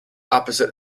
opposite